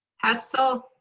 hessle.